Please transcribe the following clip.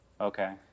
Okay